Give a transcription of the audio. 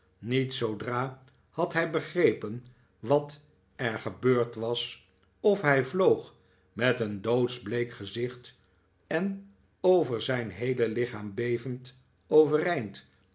niet zoodra had hij begrepen wat er gebeurd was of hij vloog met een doodsbleek gezicht en over zijn heele lichaam bevend overeind